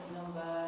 number